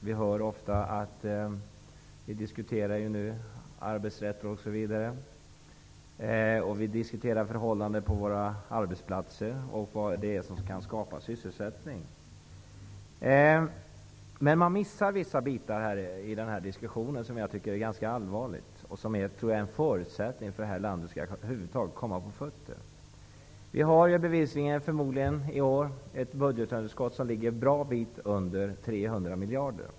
Vi diskuterar nu arbetsrätten och förhållandena på våra arbetsplatser och vad det är som kan skapa sysselsättning, men man missar vissa bitar i diskussionen, och det tycker jag är ganska allvarligt. Det handlar om en förutsättning för att det här landet över huvud taget skall komma på fötter. Vi har i år bevisligen ett budgetunderskott på bra mycket mer än 300 miljarder.